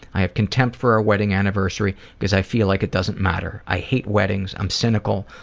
i have contempt for our wedding anniversary because i feel like it doesn't matter. i hate weddings. i'm cynical.